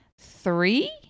three